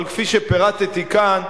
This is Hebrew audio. אבל כפי שפירטתי כאן,